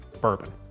bourbon